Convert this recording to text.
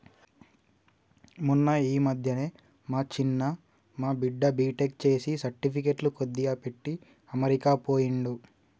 మొన్న ఈ మధ్యనే మా చిన్న మా బిడ్డ బీటెక్ చేసి సర్టిఫికెట్లు కొద్దిగా పెట్టి అమెరికా పోయిండు